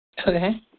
Okay